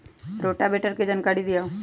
Rotavator के जानकारी दिआउ?